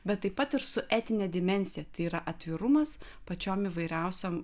bet taip pat ir su etine dimensija tai yra atvirumas pačiom įvairiausiom